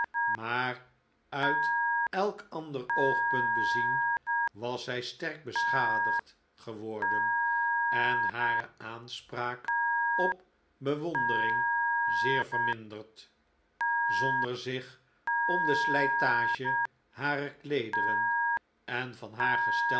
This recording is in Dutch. maar uit elk ander oogpunt bezien was zij sterk beschadigd geworden en hare aanspraak op bewondering zeer verminderd zonder zich om de slijtage harer kleederen en van haar